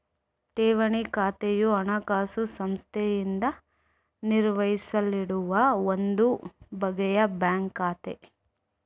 ಠೇವಣಿ ಖಾತೆಯು ಹಣಕಾಸು ಸಂಸ್ಥೆಯಿಂದ ನಿರ್ವಹಿಸಲ್ಪಡುವ ಒಂದು ಬಗೆಯ ಬ್ಯಾಂಕ್ ಖಾತೆ